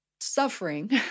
suffering